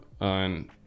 on